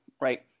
right